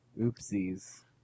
Oopsies